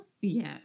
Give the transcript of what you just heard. Yes